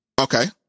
Okay